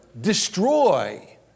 destroy